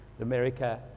America